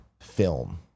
film